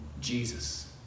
Jesus